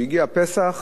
כשהגיע פסח,